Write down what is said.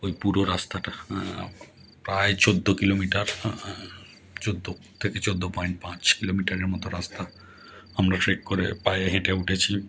ওই পুরো রাস্তাটা প্রায় চোদ্দ কিলোমিটার চোদ্দ থেকে চোদ্দ পয়েন্ট পাঁচ কিলোমিটারের মতো রাস্তা আমরা ট্রেক করে পায়ে হেঁটে উঠেছি